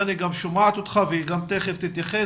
דני שומעת אותך והיא תיכף תתייחס,